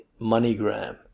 Moneygram